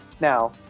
now